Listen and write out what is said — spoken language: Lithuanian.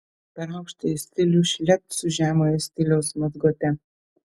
per aukštąjį stilių šlept su žemojo stiliaus mazgote